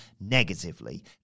negatively